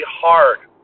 hard